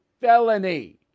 felony